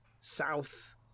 south